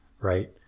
right